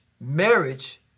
marriage